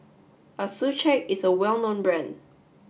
Accucheck is a well known brand